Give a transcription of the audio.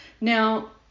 Now